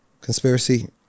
Conspiracy